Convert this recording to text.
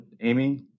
Amy